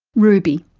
ruby.